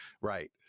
Right